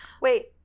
Wait